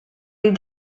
les